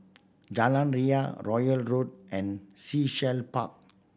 Jalan Ria Royal Road and Sea Shell Park